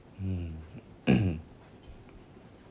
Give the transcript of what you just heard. mm mmhmm